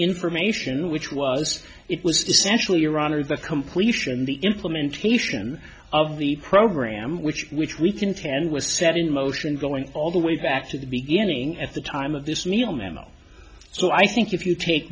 information which was it was essentially iran or the completion the implementation of the program which which we can command was set in motion going all the way back to the beginning at the time of this neal memo so i think if you take